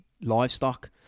livestock